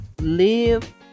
Live